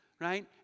right